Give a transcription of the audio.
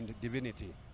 divinity